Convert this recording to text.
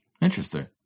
Interesting